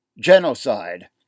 genocide